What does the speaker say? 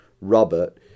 Robert